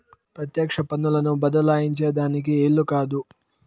పెత్యెక్ష పన్నులను బద్దలాయించే దానికి ఈలు కాదు